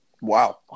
Wow